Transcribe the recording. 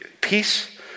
Peace